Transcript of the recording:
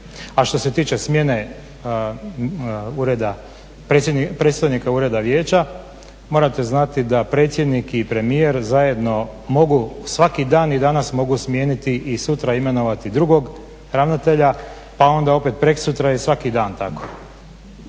A što se tiče smjene ureda, predstojnica ureda vijeća morate znati da predsjednik i premijer zajedno mogu, svaki dan i danas mogu smijeniti i sutra imenovati drugog ravnatelja, pa onda preksutra i svaki dan tako.